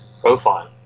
profile